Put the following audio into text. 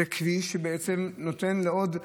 זה כביש שבעצם נותן לעוד,